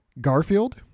Garfield